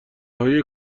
های